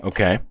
Okay